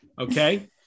Okay